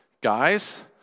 Guys